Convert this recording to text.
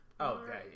Okay